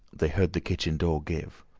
they heard the kitchen door give.